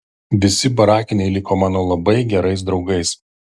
visi barakiniai liko mano labai gerais draugais